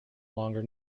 longer